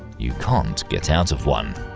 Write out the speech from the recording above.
you can't get out of one.